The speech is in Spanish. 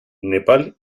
nepal